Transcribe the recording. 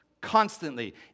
constantly